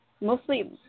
Mostly